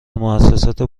موسسات